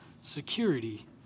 security